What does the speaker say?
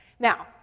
now,